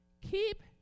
Keep